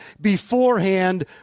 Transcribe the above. beforehand